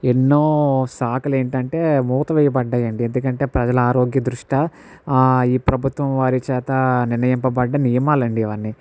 ఎన్నో సాకులు ఏంటంటే మూత వేయపడ్డాయి ఎందుకంటే ప్రజలు ఆరోగ్య దృష్ట్యా ఈ ప్రభుత్వం వారి చేత నిర్ణయింపబడ్డ నియమాలు అండి ఇవన్నీ